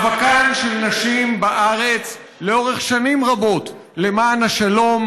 להביע הערכה מיוחדת למאבקן של נשים בארץ לאורך שנים רבות למען השלום,